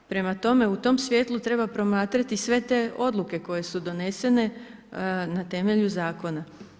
Prema tome, u tom svjetlu treba promatrati sve te odluke koje su donesene na temelju zakona.